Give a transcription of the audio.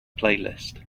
playlist